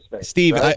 Steve